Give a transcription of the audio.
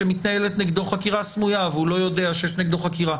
מתנהלת נגדו חקירה סמויה והוא לא יודע לא יודע שיש נגדו חקירה.